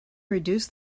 reduce